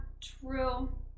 True